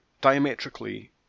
diametrically